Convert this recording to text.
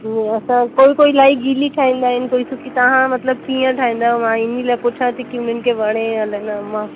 जीअं असां कोई कोई इलाही गीली ठाहींदा आहिनि कोई सुकी तव्हां मतिलबु कीअं ठाहींदा आहियो मां इन लाइ पुछां थी की उन्हनि खे वणे या न मां